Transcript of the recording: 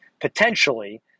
potentially